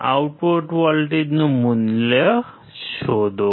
output વોલ્ટેજનું મૂલ્ય શોધો